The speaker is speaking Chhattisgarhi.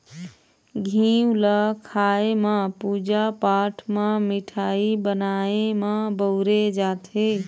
घींव ल खाए म, पूजा पाठ म, मिठाई बनाए म बउरे जाथे